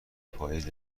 پاییز